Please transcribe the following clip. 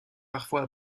parfois